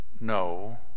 no